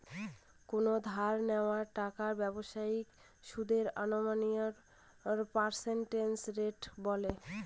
কোনো ধার নেওয়া টাকার বাৎসরিক সুদকে আনুয়াল পার্সেন্টেজ রেট বলে